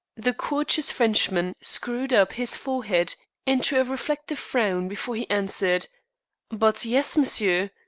the courteous frenchman screwed up his forehead into a reflective frown before he answered but yes, monsieur.